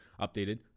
updated